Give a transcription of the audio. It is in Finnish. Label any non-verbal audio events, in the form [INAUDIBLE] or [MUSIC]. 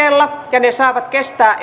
ja ne saavat kestää [UNINTELLIGIBLE]